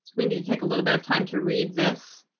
we need to take a little bit of time to read this